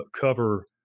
cover